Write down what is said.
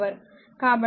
కాబట్టి 400 1 హవర్